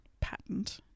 patent